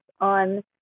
on